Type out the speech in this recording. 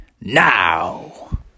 now